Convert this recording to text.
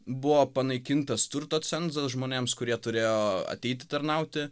buvo panaikintas turto cenzas žmonėms kurie turėjo ateiti tarnauti